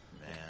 Man